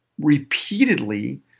Repeatedly